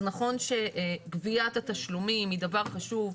אז נכון שגביית התשלומים היא דבר חשוב,